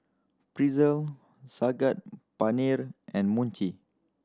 Pretzel Saag Paneer and Mochi